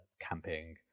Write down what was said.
camping